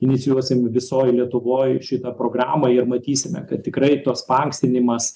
inicijuosim visoj lietuvoje šitą programą ir matysime kad tikrai tos paankstinimas